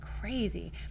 crazy